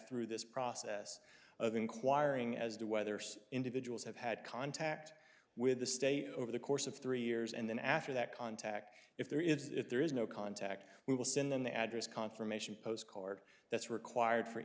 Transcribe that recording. through this process of inquiring as to whether some individuals have had contact with the stay over the course of three years and then after that contact if there is if there is no contact we will send them the address confirmation postcard that's required for